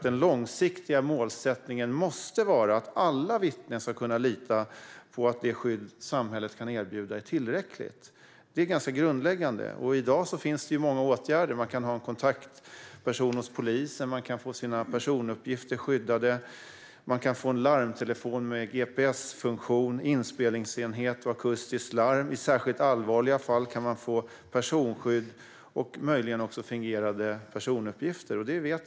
Den långsiktiga målsättningen måste vara att alla vittnen ska kunna lita på att det skydd som samhället kan erbjuda är tillräckligt. Det är ganska grundläggande. I dag finns det många åtgärder. Man kan ha en kontaktperson hos polisen, man kan få sina personuppgifter skyddade och man kan få en larmtelefon med gps-funktion, en inspelningsenhet och akustiskt larm. I särskilt allvarliga fall kan man få personskydd och möjligen också fingerade personuppgifter.